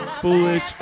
foolish